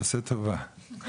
תעשה טובה,